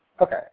Okay